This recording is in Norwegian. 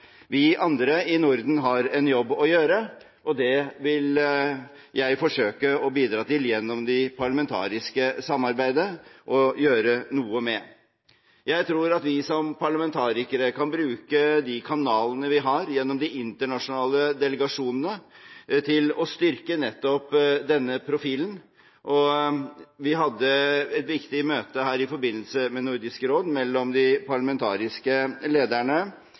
Vi andre i Norden har en jobb å gjøre, og det vil jeg forsøke å bidra til å gjøre noe med gjennom det parlamentariske samarbeidet. Jeg tror at vi som parlamentarikere kan bruke de kanalene vi har gjennom de internasjonale delegasjonene til å styrke nettopp denne profilen. I forbindelse med Nordisk råd hadde vi et viktig møte her